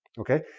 okay?